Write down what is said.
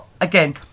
again